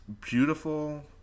beautiful